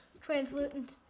Translucent